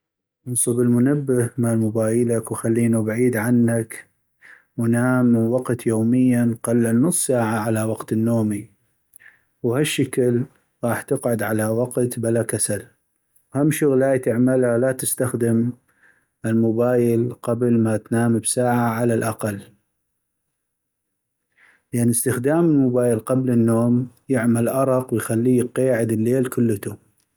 انصب المنبه مال موبايلك وخلينو بعيد عنك ونام من وقت يومياً قلل نص ساعه على وقت النومي وهشكل غاح تقعد على وقت بلا كسل ، واهم شغلاي تعملا لا تستخدم الموبايل قبل ما تنام بساعة على الاقل ، لأن استخدام الموبايل قبل النوم يعمل أرق ويخليك قيعد الليل كلتو.